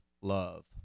love